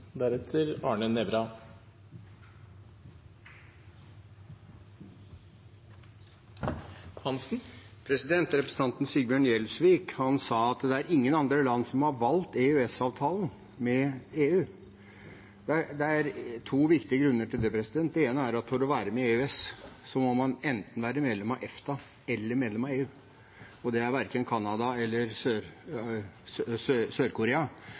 Representanten Sigbjørn Gjelsvik sa at det er ingen andre land som har valgt EØS-avtalen med EU. Det er to viktige grunner til det. Den ene er at for å være med i EØS må man enten være medlem av EFTA eller medlem av EU, og det er verken Canada eller